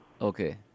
Okay